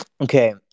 Okay